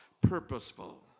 purposeful